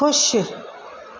खु़शि